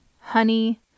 honey